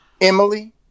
Emily